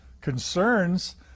concerns